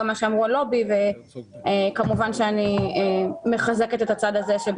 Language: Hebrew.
על ידי נציגת לובי 99 ואני כמובן מחזקת את הצד הזה.